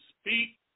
speak